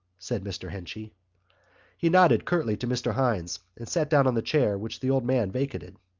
said mr. henchy he nodded curtly to mr. hynes and sat down on the chair which the old man vacated.